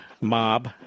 mob